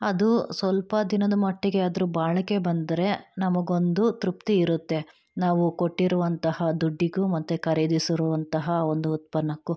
ಅದು ಸ್ವಲ್ಪ ದಿನದ ಮಟ್ಟಿಗೆ ಆದರೂ ಬಾಳಿಕೆ ಬಂದರೆ ನಮಗೊಂದು ತೃಪ್ತಿ ಇರುತ್ತೆ ನಾವು ಕೊಟ್ಟಿರುವಂತಹ ದುಡ್ಡಿಗೂ ಮತ್ತು ಖರೀದಿಸಿರುವಂತಹ ಒಂದು ಉತ್ಪನಕ್ಕೂ